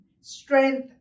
strength